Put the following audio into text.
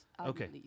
Okay